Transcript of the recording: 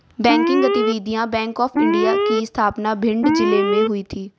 banking गतिविधियां bank of India की स्थापना भिंड जिले में हुई थी